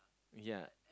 ya